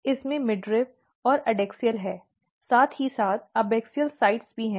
इसमें मिड्रिब और एडैक्सियल है साथ ही साथ एबैक्सियल पक्ष भी हैं